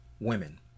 women